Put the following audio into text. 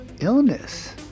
illness